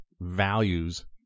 values